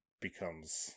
becomes